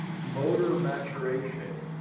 motor maturation.